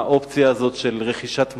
האופציה הזאת של רכישת "מטמון"